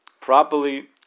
properly